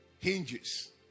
hinges